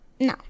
No